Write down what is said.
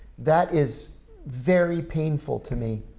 that is very painful to me.